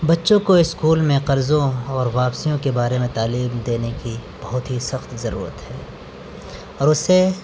بچوں کو اسکول میں قرضوں اور واپسیوں کے بارے میں تعلیم دینے کی بہت ہی سخت ضرورت ہے اور اسے